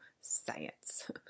science